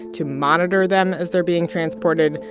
to monitor them as they're being transported,